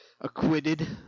acquitted